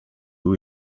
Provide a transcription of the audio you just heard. who